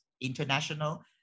international